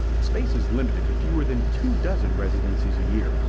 space is limited to fewer than two dozen residencies a year.